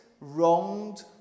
wronged